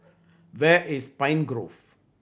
where is Pine Grove